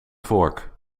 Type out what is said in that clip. vork